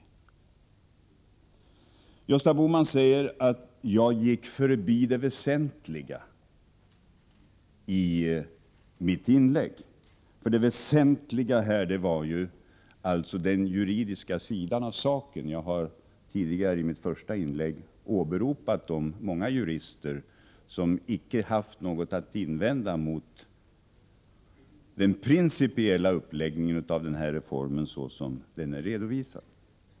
Gösta Bohman sade att jag i mitt inlägg gick förbi det väsentliga, för det väsentliga här var den juridiska sidan av saken. Jag har tidigare i mitt första inlägg'åberopat de många jurister som inte har haft något att invända mot den principiella uppläggningen av denna reform såsom den är redovisad.